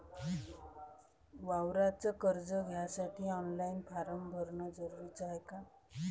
वावराच कर्ज घ्यासाठी ऑनलाईन फारम भरन जरुरीच हाय का?